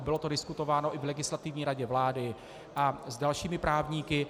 Bylo to diskutováno i v Legislativní radě vlády a s dalšími právníky.